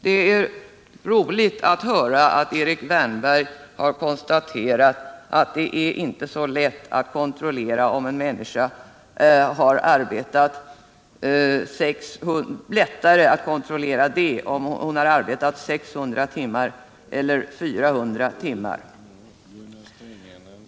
— Det är roligt att höra att Erik Wärnberg har konstaterat att det inte är lättare att kontrollera om en människa har arbetat 600 timmar eller 400.